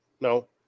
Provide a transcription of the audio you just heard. no